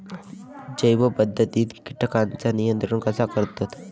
जैव पध्दतीत किटकांचा नियंत्रण कसा करतत?